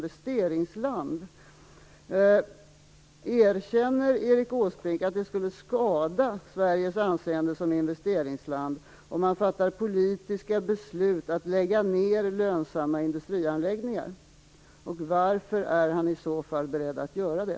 Erkänner Erik Åsbrink att det skulle skada Sveriges anseende som investeringsland om politiska beslut fattades om att lägga ner lönsamma industrianläggningar, och varför är han i så fall beredd att göra det?